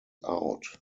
out